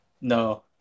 No